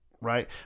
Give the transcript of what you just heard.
right